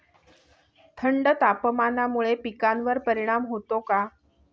थंड तापमानामुळे पिकांवर परिणाम होतो का?